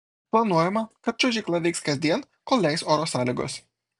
planuojama kad čiuožykla veiks kasdien kol leis oro sąlygos